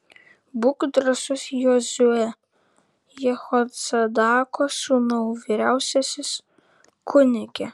būk drąsus jozue jehocadako sūnau vyriausiasis kunige